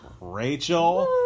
Rachel